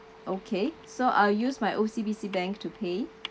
okay so I'll use my O_C_B_C bank to pay